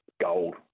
Gold